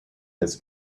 this